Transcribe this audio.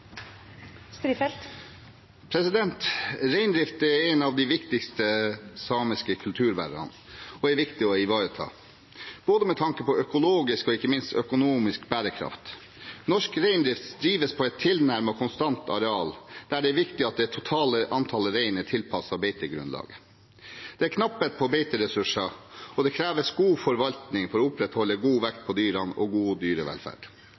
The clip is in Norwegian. bidra. Reindrift er en av de viktigste samiske kulturbærerne og er viktig å ivareta, både med tanke på økologisk og – ikke minst – økonomisk bærekraft. Norsk reindrift drives på et tilnærmet konstant areal, der det er viktig at det totale antallet rein er tilpasset beitegrunnlaget. Det er en knapphet på beiteressurser, og det kreves god forvaltning for å opprettholde god vekt på dyrene og god dyrevelferd.